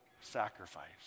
sacrifice